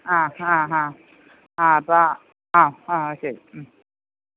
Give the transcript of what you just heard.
ആ ഹാ ഹാ ആ അപ്പം ആ ആ ശരി ഉം